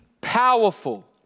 powerful